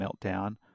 meltdown